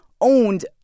owned